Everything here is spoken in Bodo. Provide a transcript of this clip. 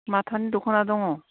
माथानि दख'ना दङ